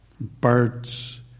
birds